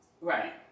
Right